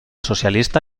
socialista